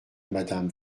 madame